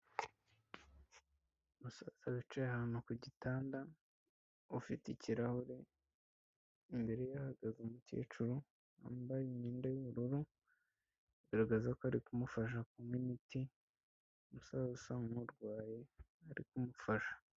Umusaza wicaye ahantu ku gitanda, ufite ikirahure, imbere ye hahagaze umukecuru wambaye imyenda y'ubururu, bigaragaza ko ari kumufasha kunywa imiti, umusaza usa nk'urwaye ari kumufasha.